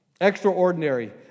Extraordinary